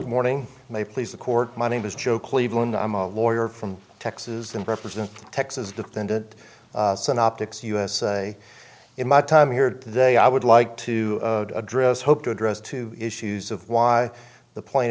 morning may please the court my name is joe cleveland i'm a lawyer from texas and represent texas defended synoptics usa in my time here today i would like to address hope to address two issues of why the pla